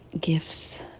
gifts